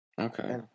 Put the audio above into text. Okay